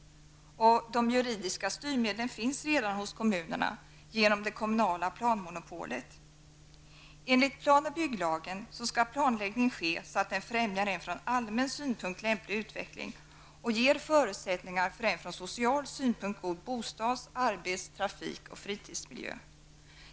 De juridiska styrmedlen finns redan hos kommunerna genom det kommunala planmonopolet. Enligt plan och bygglagen skall planläggning ske så att den främjar en från allmän synpunkt lämplig utveckling och ger förutsättningar för en från social synpunkt god bostads-, arbets-, trafik och fritidsmiljö.